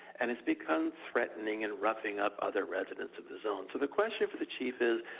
and it's become threatening and roughing up other residents of the zone. so the question for the chief is,